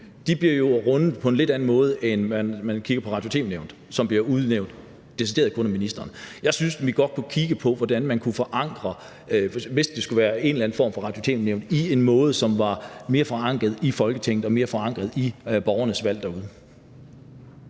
jo bliver rundet på en lidt anden måde end bestyrelsen i Radio- og tv-nævnet, som decideret bliver udnævnt af ministeren. Jeg synes, at vi godt kunne kigge på, hvordan man kunne forankre det – hvis der skulle være en eller anden form radio- og tv-nævn – på en måde, så det var mere forankret i Folketinget og mere forankret i borgernes valg derude.